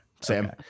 Sam